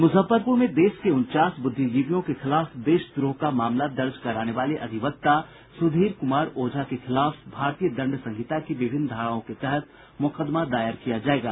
मुजफ्फरपुर में देश के उनचास बुद्धिजीवियों के खिलाफ देशद्रोह का मामला दर्ज कराने वाले अधिवक्ता सुधीर कुमार ओझा के खिलाफ भारतीय दंड संहिता की विभिन्न धाराओं के तहत मुकदमा दायर किया जायेगा